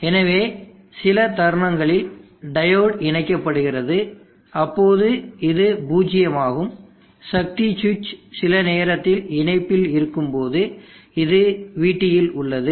எனவே சில தருணங்களில் டையோடு இணைக்கப்படுகிறது அப்போது இது பூஜ்ஜியமாகும் சக்தி சுவிட்ச் சில நேரத்தில் இணைப்பில் இருக்கும் போது இது vT இல் உள்ளது